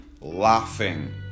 laughing